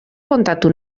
kontatu